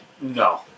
No